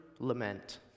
lament